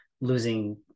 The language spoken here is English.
losing